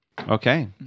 Okay